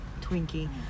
Twinkie